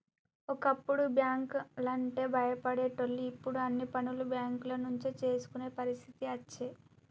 ఒకప్పుడు బ్యాంకు లంటే భయపడేటోళ్లు ఇప్పుడు అన్ని పనులు బేంకుల నుంచే చేసుకునే పరిస్థితి అచ్చే